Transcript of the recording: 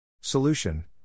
Solution